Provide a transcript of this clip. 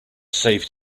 saved